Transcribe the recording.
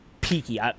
peaky